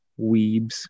weebs